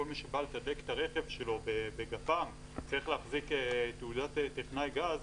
כל מי שבא לתדלק את הרכב שלו בגפ"מ צריך להחזיק תעודת טכנאי גז,